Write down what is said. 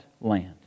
land